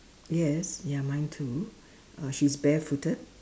yes ya mine too uh she's barefooted